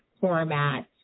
format